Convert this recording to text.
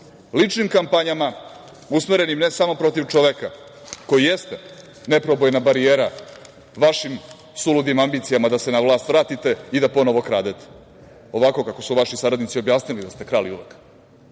ličnim kampanjama usmerenim ne samo protiv čoveka koji jeste neprobojna barijera vašim suludim ambicijama da se na vlast vratite i da ponovo kradete ovako kako su vaši saradnici objasnili da ste krali uvek,